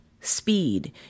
speed